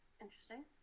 Interesting